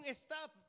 stop